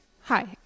Hi